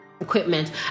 Equipment